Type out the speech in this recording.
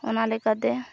ᱚᱱᱟ ᱞᱮᱠᱟᱛᱮ